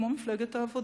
כמו מפלגת העבודה,